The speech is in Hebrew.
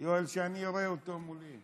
יואל, כשאני אראה אותו מולי.